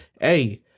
Hey